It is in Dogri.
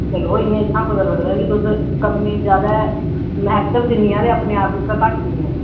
चलो इयां इत्थैं गै पता लगदा ऐ के तुस कम्मै गी ज्यादा म्हत्तब दिन्नी आं ते अपने आप गी थोह्ड़ा घट्ट दिन्नी आं